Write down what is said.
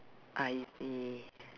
I see